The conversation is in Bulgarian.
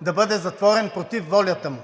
да бъде затворен против волята му,